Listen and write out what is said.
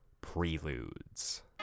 preludes